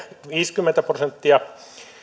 viisikymmentä prosenttia